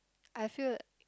I feel